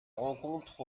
rencontre